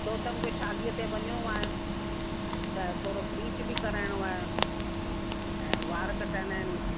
छो त मूंखे शादीअ ते वञिणो आहे त थोरो ब्लीच बि कराइणो आहे ऐं वार कटाइणा आहिनि